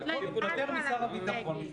מי